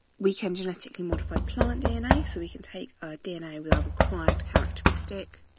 we can genetically modify plant dna so we can take a dna without required characteristic